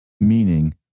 meaning